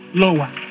lower